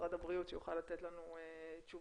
במשרד הבריאות שיוכל לתת לנו תשובות,